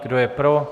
Kdo je pro?